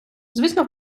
звісно